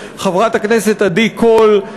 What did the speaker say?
חברת הכנסת סתיו שפיר,